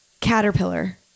Caterpillar